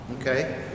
Okay